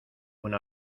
una